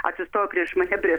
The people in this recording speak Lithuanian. atsistojo prieš mane prie